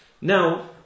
Now